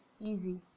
easy